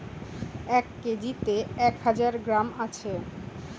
এক কেজিতে এক হাজার গ্রাম আছে